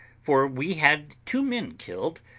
for we had two men killed,